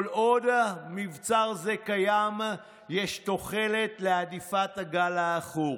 כל עוד מבצר זה קיים יש תוחלת להדיפת הגל העכור,